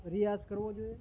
રિયાસ કરવો જોઈએ